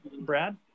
brad